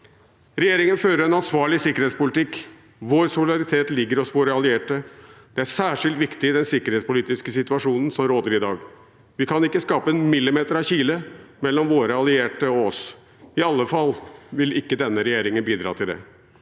Regjeringen fører en ansvarlig sikkerhetspolitikk. Vår solidaritet ligger hos våre allierte. Det er særskilt viktig i den sikkerhetspolitiske situasjonen som råder i dag. Vi kan ikke skape en millimeter av kile mellom våre allierte og oss. I alle fall vil ikke denne regjeringen bidra til det.